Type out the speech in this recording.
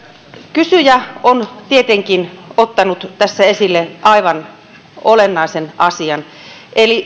kysyjä on tietenkin ottanut tässä esille aivan olennaisen asian eli